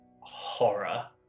horror